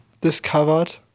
discovered